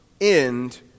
end